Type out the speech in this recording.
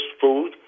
food